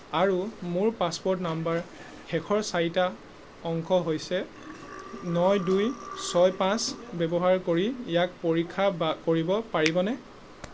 আৰু মোৰ পাছপোৰ্ট নম্বৰ শেষৰ চাৰিটা অংক হৈছে ন দুই ছয় পাঁচ ব্যৱহাৰ কৰি ইয়াক পৰীক্ষা বা কৰিব পাৰিবনে